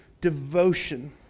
devotion